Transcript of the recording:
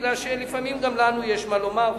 כי לפעמים גם לנו יש מה לומר.